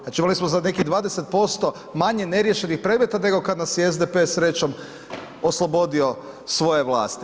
Znači imali smo za nekih 20% manje neriješenih predmeta, nego kada nas je SDP srećom oslobodio svoje vlasti.